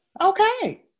Okay